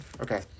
Okay